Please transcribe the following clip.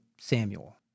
Samuel